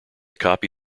copy